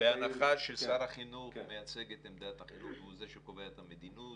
בהנחה ששר החינוך מייצג את עמדת החינוך והוא זה שקובע את המדיניות,